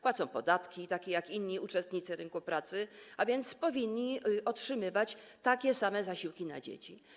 Płacą podatki jak inni uczestnicy rynku pracy, więc powinni otrzymywać takie same zasiłki na dzieci.